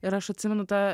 ir aš atsimenu tą